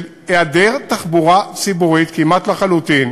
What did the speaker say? היעדר תחבורה ציבורית כמעט לחלוטין